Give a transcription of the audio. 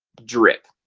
drip,